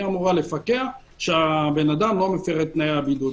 היא אמורה לפקח שהאדם לא מפר את תנאי הבידוד.